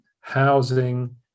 housing